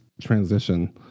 transition